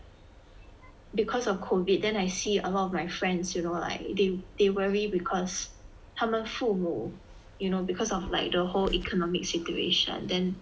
because of COVID then I see a lot of my friends you know like they they worry because 他们父母 you know because of like the whole economic situation then